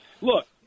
look